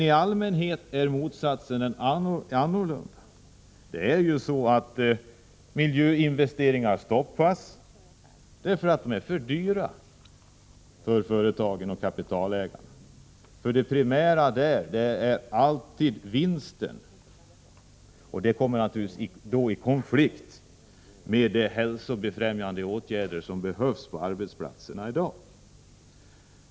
I allmänhet är emellertid motsatsen fallet. Miljöinvesteringar stoppas därför att de är för dyra för företagen och kapitalägarna. Det primära för dem är alltid vinsten, och det intresset kommer naturligtvis i konflikt med de hälsobefrämjande åtgärder som behövs på arbetsplatserna i dag.